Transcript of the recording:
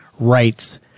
rights